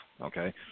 okay